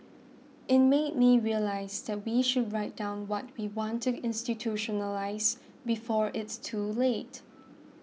it made me realise that we should write down what we want to institutionalise before it's too late